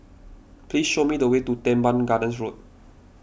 please show me the way to Teban Gardens Road